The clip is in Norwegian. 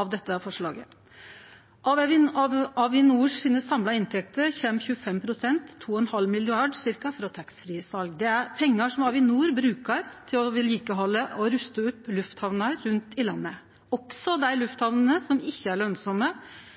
av dette forslaget. Av dei samla inntektene til Avinor kjem 25 pst., ca. 2,5 mrd. kr, frå taxfree-sal. Det er pengar som Avinor brukar til å halde ved like og ruste opp lufthamner rundt i landet, også dei lufthamnene som ikkje er lønsame,